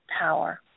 power